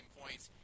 points